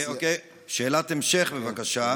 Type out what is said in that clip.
שאלת המשך, בבקשה.